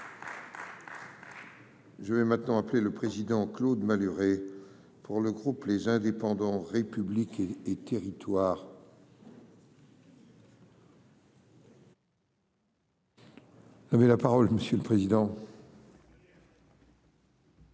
Je vais maintenant appeler le président Claude Malhuret pour le groupe, les indépendants républiques et territoires. Vous avez la parole monsieur le président.